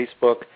Facebook